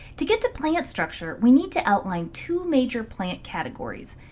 to get to plant structure, we need to outline two major plant categories.